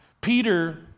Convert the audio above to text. Peter